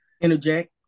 interject